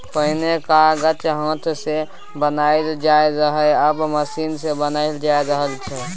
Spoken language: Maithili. पहिने कागत हाथ सँ बनाएल जाइत रहय आब मशीन सँ बनाएल जा रहल छै